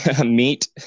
meat